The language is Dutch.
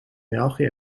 belgië